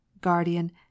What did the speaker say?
guardian